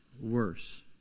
worse